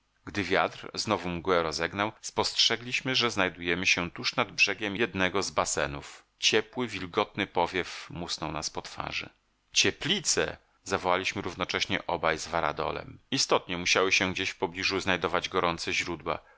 gdy wiatr znowu mgłę rozegnał spostrzegliśmy że znajdujemy się tuż nad brzegiem jednego z basenów ciepły wilgotny powiew musnął nas po twarzy cieplice zawołaliśmy równocześnie obaj z varadolem istotnie musiały się gdzieś w pobliżu znajdować gorące źródła